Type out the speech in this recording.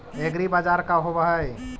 एग्रीबाजार का होव हइ?